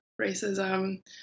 racism